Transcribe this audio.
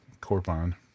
Corpon